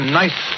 nice